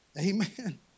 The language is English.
Amen